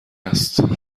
است